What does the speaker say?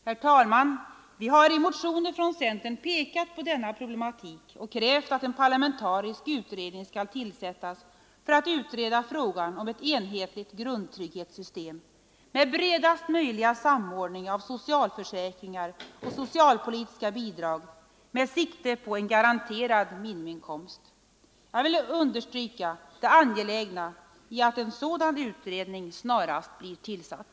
Herr talman! Vi har i motioner från centern pekat på denna problematik och krävt att en parlamentarisk utredning skall tillsättas för att utreda frågan om ett enhetligt grundtrygghetssystem med bredaste möjliga samordning av socialförsäkringar och socialpolitiska bidrag med sikte på en garanterad minimiinkomst. Jag vill understryka det angelägna iatt en sådan utredning snarast blir tillsatt.